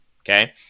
Okay